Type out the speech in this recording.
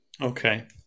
Okay